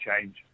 change